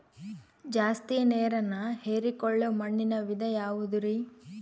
ಜಾಸ್ತಿ ನೇರನ್ನ ಹೇರಿಕೊಳ್ಳೊ ಮಣ್ಣಿನ ವಿಧ ಯಾವುದುರಿ?